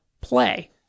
play